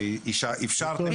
על זה שאפשרתם את